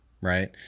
Right